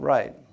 Right